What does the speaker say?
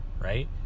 right